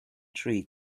tree